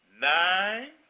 Nine